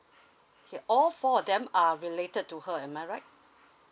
okay all four of them are related to her am I right